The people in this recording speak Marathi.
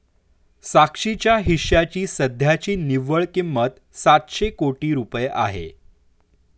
साक्षीच्या हिश्श्याची सध्याची निव्वळ किंमत सातशे कोटी रुपये आहे